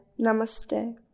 Namaste